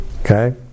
okay